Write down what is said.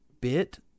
bit